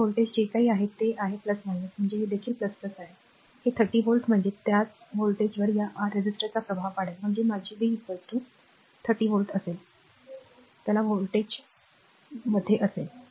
तर हे व्होल्टेज जे काही आहे ते आहे म्हणजे हे देखील आहे हे 30 व्होल्ट म्हणजे त्याच व्होल्टेजवर या r रेझिस्टर वर प्रभाव पाडेल म्हणजेच माझी v r 30 व्होल्ट असेल त्याच व्होल्टेज मध्ये असेल